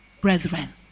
brethren